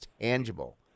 tangible